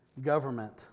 government